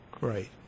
Right